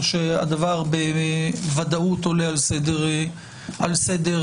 שהדבר בוודאות עולה על סדר-יומה.